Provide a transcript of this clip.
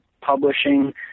publishing